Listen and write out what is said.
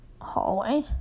hallway